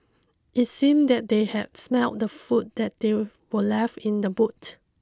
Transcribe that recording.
it seemed that they had smelt the food that they were left in the boot